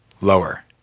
lower